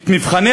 את מבחני